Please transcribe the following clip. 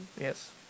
Yes